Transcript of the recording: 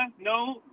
No